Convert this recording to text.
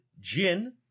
gin